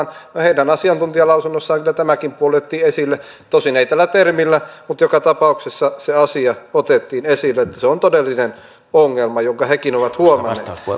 no heidän asiantuntijalausunnossaan kyllä tämäkin puoli otettiin esille tosin ei tällä termillä mutta joka tapauksessa se asia otettiin esille että se on todellinen ongelma jonka hekin ovat huomanneet